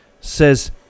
says